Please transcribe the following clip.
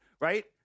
right